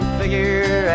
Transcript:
figure